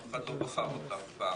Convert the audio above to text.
אף אחד לא בחר אותה אף פעם,